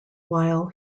while